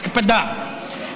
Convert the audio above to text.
הקפדה,